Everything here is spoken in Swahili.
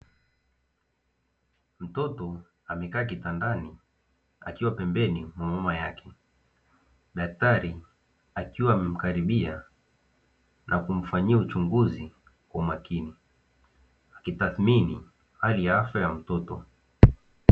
Mtoto amekaa kitandani akiwa pembeni mwa mama yake, daktari akiwa amemkaribia kumfanyia uchunguzi kwa makini, akitathmini hali ya afya ya mtoto.